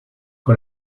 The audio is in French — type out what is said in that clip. que